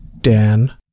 Dan